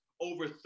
over